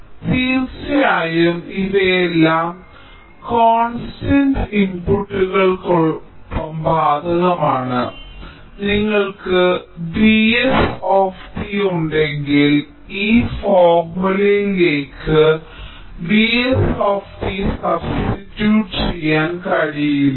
തീർച്ചയായും ഇവയെല്ലാം കോൺസ്റ്റന്റ് ഇൻപുട്ടുകൾക്കൊപ്പം ബാധകമാണ് നിങ്ങൾക്ക് Vs ഉണ്ടെങ്കിൽ ഈ ഫോർമുലയിലേക്ക് Vs സബ്സ്റ്റിട്യൂട് ചെയ്യാൻ കഴിയില്ല